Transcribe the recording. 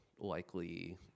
likely